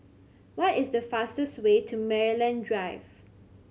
what is the fastest way to Maryland Drive